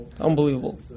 Unbelievable